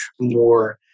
more